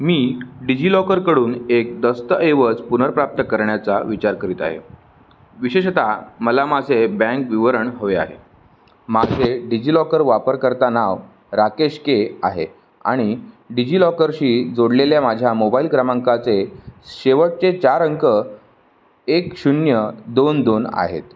मी डिजि लॉकरकडून एक दस्तऐवज पुनर्प्राप्त करण्याचा विचार करीत आहे विशेषतः मला माझे बँक विवरण हवे आहे माझे डिजि लॉकर वापरकर्ता नाव राकेश के आहे आणि डिजि लॉकरशी जोडलेल्या माझ्या मोबाईल क्रमांकाचे शेवटचे चार अंक एक शून्य दोन दोन आहेत